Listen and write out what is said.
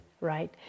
right